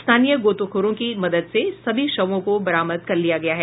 स्थानीय गोताखोरों की मदद से सभी शवों को बरामद कर लिया गया है